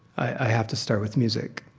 i have to start with music.